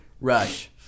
Rush